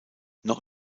noch